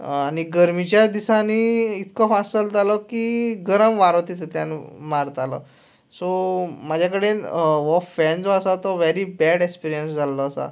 आनी गर्मेच्या दिसांनी इतको फास चलतालो की गरम वारो तातुंतल्यान मारतालो सो म्हज्या कडेन वो फॅन जो आसा तो वॅरी बॅड एक्सपिर्यंस जाल्लो आसा